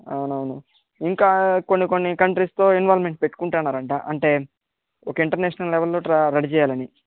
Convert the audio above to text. అవునవును ఇంకా కొన్ని కొన్ని కంట్రీస్తో ఇన్వొల్వెమెంట్ పెట్టుకుంటున్నారట అంటే ఒక ఇంటర్నేషనల్ లెవెల్లో రెడీ చెయ్యాలని